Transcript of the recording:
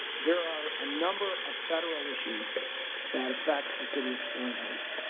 there are a number of federal issues that affect the city of sterling heights.